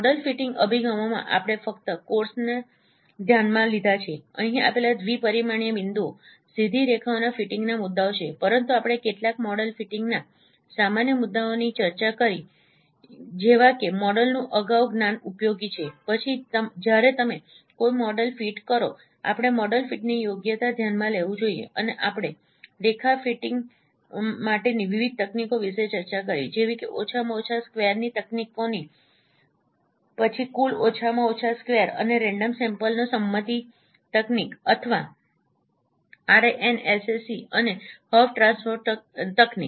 model fitting અભિગમોમાં આપણે ફક્ત કોર્સના ધ્યાનમાં લીધા છે અહીં આપેલા દ્વિ પરિમાણીય બિંદુઓ સીધી રેખાઓના ફિટિંગના મુદ્દાઓ છે પરંતુ આપણે કેટલાક મોડેલ ફિટિંગના સામાન્ય મુદ્દાઓની ચર્ચા કરી જેવા કે મોડલનું અગાઉ જ્ઞાન ઉપયોગી છે પછી જ્યારે તમે કોઈ મોડેલ ફિટ કરો આપણે મોડેલ ફિટની યોગ્યતા ધ્યાનમાં લેવું જોઈએ અને આપણે રેખા ફિટિંગ માટેની વિવિધ તકનીકો વિશે ચર્ચા કરી જેવી કે ઓછામાં ઓછા સ્ક્વેરની તકનીકોની પછી કુલ ઓછામાં ઓછા સ્ક્વેર અને રેન્ડમ સેમ્પલનો સંમતિ તકનીક અથવા આરએએનએસએસી અને હફ ટ્રાન્સફોર્મ તકનીક